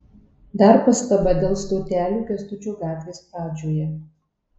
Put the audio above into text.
dar pastaba dėl stotelių kęstučio gatvės pradžioje